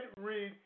read